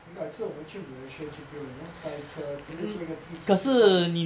then 改次我们去 malaysia 就不用 you know 赛车直接坐个地铁就到了